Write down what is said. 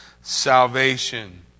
salvation